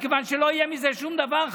מכיוון שלא יהיה מזה שום דבר,